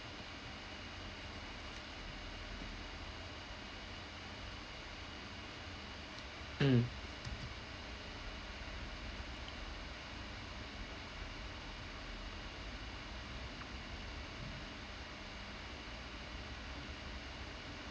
mm